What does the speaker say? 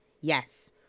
Yes